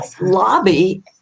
lobby